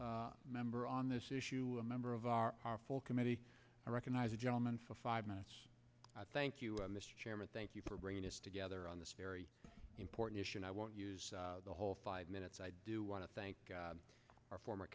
attentive member on this issue a member of our full committee i recognize a gentleman for five minutes i thank you mr chairman thank you for bringing us together on this very important issue and i won't use the whole five minutes i do want to thank god our former